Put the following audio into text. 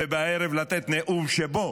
ובערב לתת נאום שבו